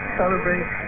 celebrate